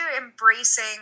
embracing